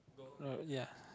uh ya